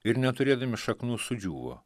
ir neturėdami šaknų sudžiūvo